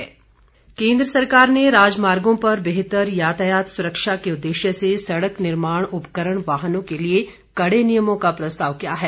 सडक सुरक्षा केंद्र सरकार ने राजमार्गों पर बेहतर यातायात सुरक्षा के उदेश्य से सड़क निर्माण उपकरण वाहनों के लिए कडे नियमों का प्रस्ताव किया है